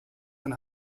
and